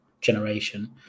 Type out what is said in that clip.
generation